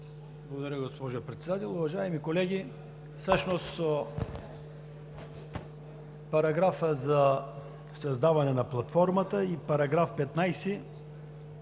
Благодаря, госпожо Председател. Уважаеми колеги, всъщност параграфът за създаване на платформата и § 15